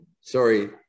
sorry